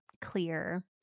clear